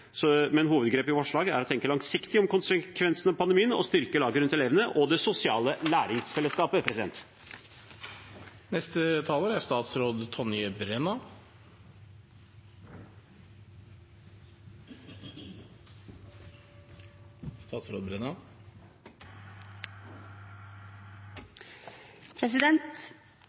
hovedgrepet i forslaget, men hovedgrepet i vårt forslag er å tenke langsiktig om konsekvensene av pandemien og styrke laget rundt elevene og det sosiale læringsfellesskapet.